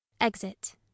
Exit